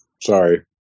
Sorry